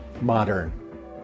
modern